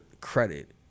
credit